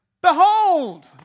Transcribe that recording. Behold